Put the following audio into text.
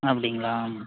அப்படிங்களா